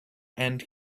and